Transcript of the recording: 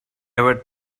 ever